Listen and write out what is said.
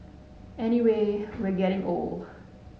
anyway we are getting old